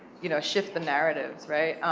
you know, shift the narratives, right?